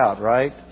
right